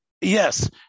yes